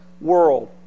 world